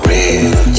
Real